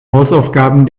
hausaufgaben